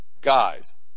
guys